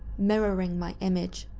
mirroring my image,